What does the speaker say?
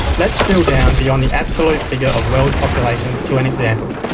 let's drill down beyond the absolute figure of world population to an example.